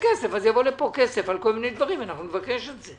אז יבוא לפה כסף על כל מיני דברים נבקש את זה.